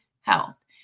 health